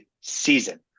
season